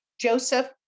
Joseph